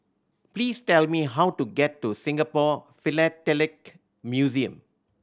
please tell me how to get to Singapore Philatelic Museum